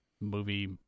movie